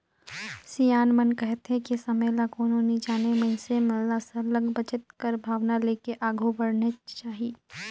सियान मन कहथें कि समे ल कोनो नी जानें मइनसे मन ल सरलग बचेत कर भावना लेके आघु बढ़नेच चाही